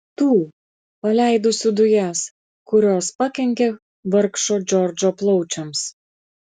tų paleidusių dujas kurios pakenkė vargšo džordžo plaučiams